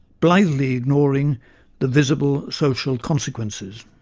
blithely ignoring the visible social consequences.